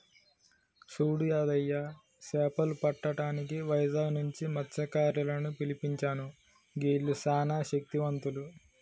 సూడు యాదయ్య సేపలు పట్టటానికి వైజాగ్ నుంచి మస్త్యకారులను పిలిపించాను గీల్లు సానా శక్తివంతులు